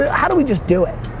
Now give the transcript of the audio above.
how do we just do it?